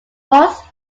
both